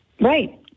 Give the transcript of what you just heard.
Right